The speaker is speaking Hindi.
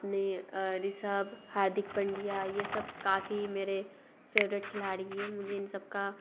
अपने रिशभ हार्दिक पांड्यिा ये सब काफ़ी मेरे फेवरेट खिलाड़ी हे मुझे इन सब का